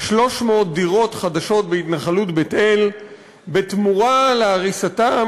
300 דירות חדשות בהתנחלות בית-אל בתמורה להריסתם